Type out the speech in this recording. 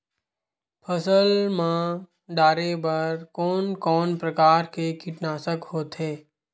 फसल मा डारेबर कोन कौन प्रकार के कीटनाशक होथे?